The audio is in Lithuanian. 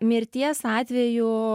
mirties atveju